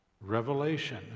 revelation